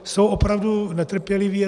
Jsou opravdu netrpěliví.